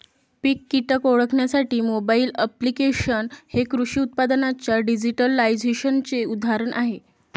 पीक कीटक ओळखण्यासाठी mobile applications हे कृषी उत्पादनांच्या डिजिटलायझेशनचे उदाहरण आहे